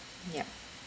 yup